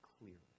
clearly